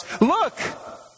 Look